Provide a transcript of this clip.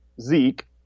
Zeke